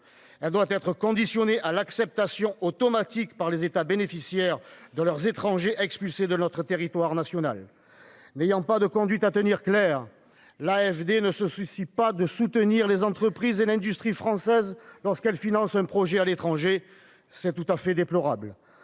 Elle doit être conditionnée à l'acceptation automatique, par les États bénéficiaires, de leurs étrangers expulsés de notre territoire national. N'ayant pas de consignes claires quant à la conduite à tenir, l'AFD ne se soucie pas de soutenir les entreprises et l'industrie françaises lorsqu'elle finance un projet à l'étranger. C'est tout à fait déplorable